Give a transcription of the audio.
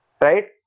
right